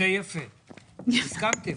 הסכמנו,